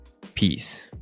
Peace